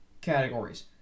categories